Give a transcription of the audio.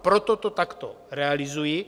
Proto to takto realizuji.